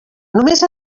només